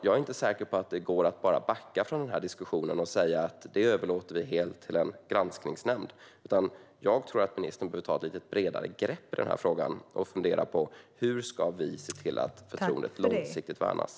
Jag är inte säker på att det går att bara backa från denna diskussion och säga att man helt överlåter detta till en granskningsnämnd. Jag tror att ministern borde ta ett lite bredare grepp i frågan och fundera på hur vi ska se till att förtroendet långsiktigt värnas.